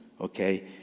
okay